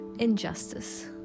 Injustice